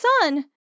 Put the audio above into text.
son